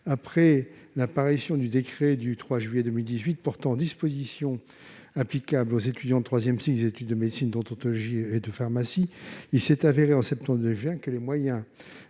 Après la parution du décret du 3 juillet 2018 portant dispositions applicables aux étudiants de troisième cycle des études de médecine, d'odontologie et de pharmacie, il est apparu, en septembre 2020, que les moyens